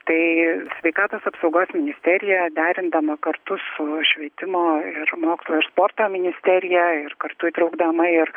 tai sveikatos apsaugos ministerija derindama kartu su švietimo ir mokslo ir sporto ministerija ir kartu įtraukdama ir